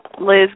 Liz